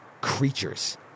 creatures